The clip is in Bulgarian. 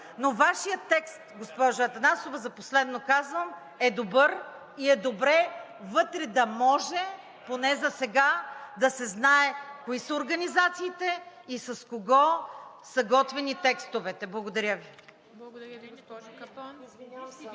Но Вашият текст, госпожо Атанасова – за последно казвам – е добър и е добре вътре да може поне засега да се знае кои са организациите и с кого са готвени текстовете. Благодаря Ви.